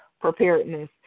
preparedness